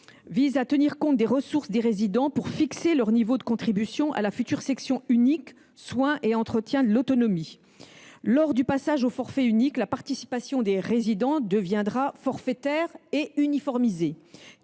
vise à ce que les ressources des résidents soient prises en compte pour fixer leur contribution à la future section unique « soins et entretien de l’autonomie ». Lors du passage au forfait unique, la participation des résidents deviendra forfaitaire et sera uniformisée,